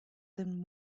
then